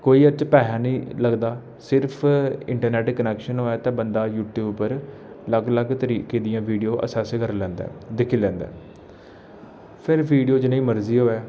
कोई एह्दे च पैसा निं लगदा सिर्फ इंटरनैट्ट कनैक्शन होऐ ते बंदा यूट्यूब उप्पर अलग अलग तरीके दियां वीडियो सर्च करी लैंदा ऐ ते दिक्खी लैंदा ऐ फिर वीडियो जनेही मरजी होऐ